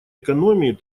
экономии